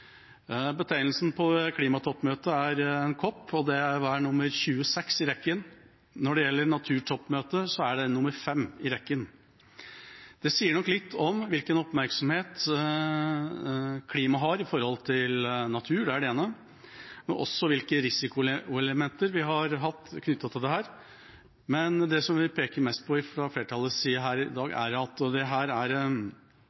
Betegnelsen på klimatoppmøtet er COP, og det er nummer 26 i rekken. Når det gjelder naturtoppmøtet, er det nummer fem i rekken. Det sier nok litt om hvilken oppmerksomhet klima har i forhold til natur – det er det ene – men også hvilke risikoelementer vi har hatt knyttet til dette. Men det som vi peker mest på fra flertallets side her i dag,